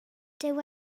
dyw